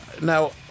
now